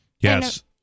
Yes